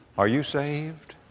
are you saved?